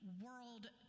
world